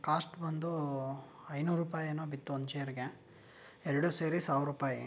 cost ಬಂದು ಐನೂರು ರೂಪಾಯಿ ಏನೋ ಬಿತ್ತು ಒಂದು ಚೇರಿಗೆ ಎರಡು ಸೇರಿ ಸಾವಿರ ರೂಪಾಯಿ